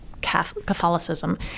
Catholicism